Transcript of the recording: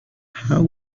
how